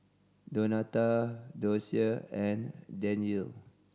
Donato Docia and Danyel